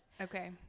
okay